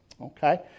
Okay